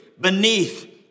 beneath